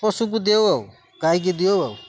ପଶୁକୁ ଦଅଉ ଆଉ ଗାଈକି ଦିଅଉ ଆଉ